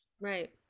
Right